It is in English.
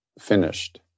finished